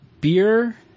beer